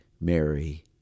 Mary